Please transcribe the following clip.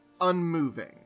unmoving